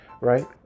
right